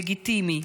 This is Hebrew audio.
לגיטימי,